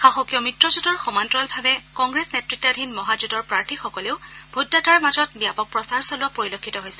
শাসকীয় মিত্ৰজোঁটৰ সমান্তৰালভাৱে কংগ্ৰেছ নেতৃতাধীন মহাজোঁটৰ প্ৰাৰ্থীসকলেও ভোটদাতাৰ মাজত ব্যাপক প্ৰচাৰ চলোৱা পৰিলক্ষিত হৈছে